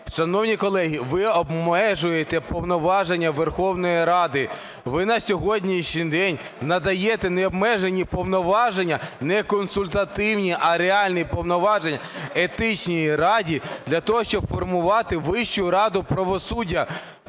Шановні колеги, ви обмежуєте повноваження Верховної Ради, ви на сьогоднішній день надаєте необмежені повноваження, не консультативні, а реальні повноваження Етичній раді, для того, щоб формувати Вищу раду правосуддя.